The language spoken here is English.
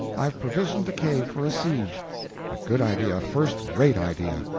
i've provisioned the cave for a siege a good idea, a first-rate idea.